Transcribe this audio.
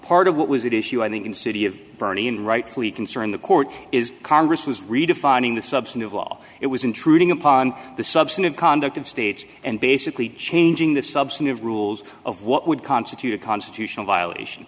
part of what was it issue i think in city of bernie and rightfully concerned the court is congress was redefining the substantive law it was intruding upon the substantive conduct of states and basically changing the substantive rules of what would constitute a constitutional violation